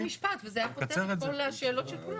רק היה מצוין במשפט וזה היה פותר את כל השאלות של כולם.